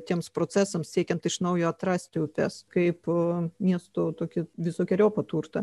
tiems procesams siekiant iš naujo atrasti upes kaip miestu tokį visokeriopą turtą